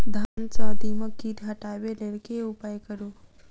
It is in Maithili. धान सँ दीमक कीट हटाबै लेल केँ उपाय करु?